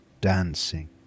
dancing